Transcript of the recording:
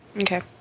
Okay